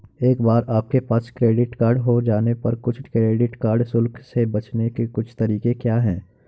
एक बार आपके पास क्रेडिट कार्ड हो जाने पर कुछ क्रेडिट कार्ड शुल्क से बचने के कुछ तरीके क्या हैं?